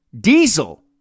Diesel